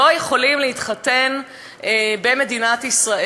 לא יכולים, להתחתן במדינת ישראל.